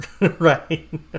right